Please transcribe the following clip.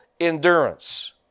endurance